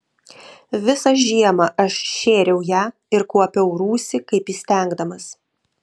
visą žiemą aš šėriau ją ir kuopiau rūsį kaip įstengdamas